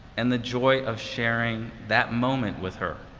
and the joy of sharing that moment with her.